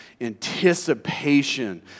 anticipation